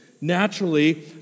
Naturally